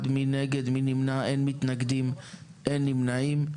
סעיף 18 אושר פה אחד, אין מתנגדים ואין נמנעים.